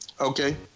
Okay